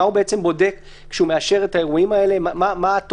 מה הוא בודק כשהוא מאשר את האירועים האלה?